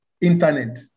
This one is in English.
internet